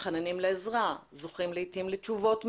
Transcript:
מתחננים לעזרה וזוכים לעיתים לתשובות מבזות,